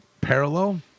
parallel